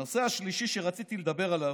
הנושא השלישי שרציתי לדבר עליו,